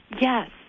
Yes